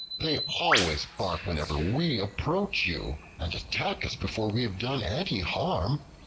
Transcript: they always bark whenever we approach you and attack us before we have done any harm.